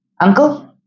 uncle